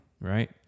right